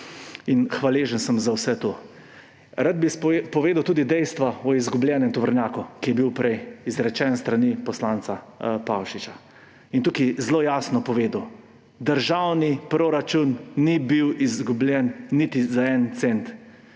in hvaležen sem za vse to. Rad bi povedal tudi dejstva o izgubljenem tovornjaku, o katerem je bilo prej izrečeno s strani poslanca Pavšiča, in tukaj zelo jasno povedal: v državnem proračunu ni bil izgubljen niti en cent.